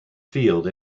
field